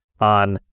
on